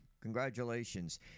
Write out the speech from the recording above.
congratulations